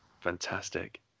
Fantastic